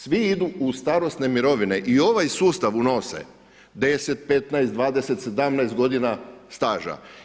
Svi idu u starosne mirovine i ovaj sustav unose, 10, 15, 20, 17 godina staža.